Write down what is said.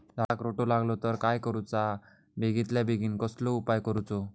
झाडाक रोटो लागलो तर काय करुचा बेगितल्या बेगीन कसलो उपाय करूचो?